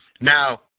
Now